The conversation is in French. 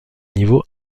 niveau